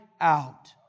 out